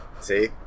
See